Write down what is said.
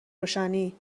روشنی